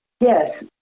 Yes